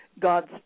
God's